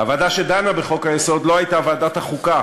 הוועדה שדנה בחוק-היסוד לא הייתה ועדת החוקה,